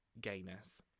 gayness